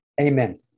Amen